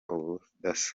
ubudasa